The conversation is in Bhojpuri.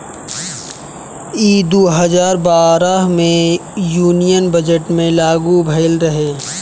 ई दू हजार बारह मे यूनियन बजट मे लागू भईल रहे